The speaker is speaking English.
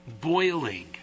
boiling